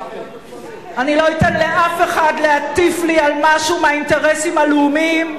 אני לא אתן לאף אחד להטיף לי על משהו מהאינטרסים הלאומיים,